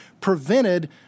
prevented